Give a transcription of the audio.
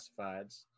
classifieds